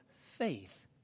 faith